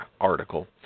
article